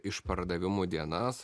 išpardavimų dienas